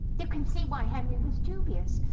you can see why henry was dubious.